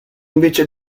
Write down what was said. invece